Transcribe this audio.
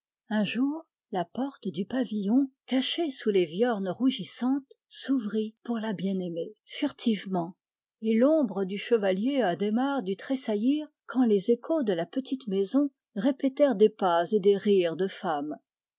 âmes enfin la porte du pavillon cachée sous les viornes rougissantes s'ouvrit pour la bien-aimée furtivement et l'ombre du chevalier adhémar dut tressaillir quand les échos de la petite maison répétèrent des pas et des rires de femme